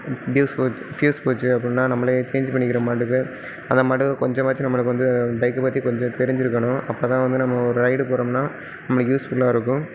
டியூஸ் போ ஃப்யூஸ் போய்கிடுச்சி அப்படின்னா நம்மளே சேஞ்ச் பண்ணிக்கிற மாட்டுக்கு அதேமாட்டுக்கு கொஞ்சமாச்சும் நம்மளுக்கு வந்து பைக்கை பற்றி கொஞ்சம் தெரிஞ்சுருக்கணும் அப்போதான் வந்து நம்ம ஒரு ரைடு போகிறோம்னா நம்மளுக்கு யூஸ்ஃபுல்லாயிருக்கும்